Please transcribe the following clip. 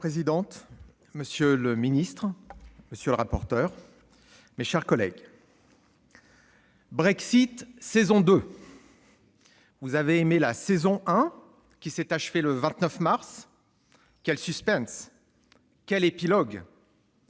Madame la présidente, monsieur le secrétaire d'État, mes chers collègues, Brexit saison 2 ! Vous avez aimé la saison 1, qui s'est achevée le 29 mars ? Quel suspense, quel épilogue !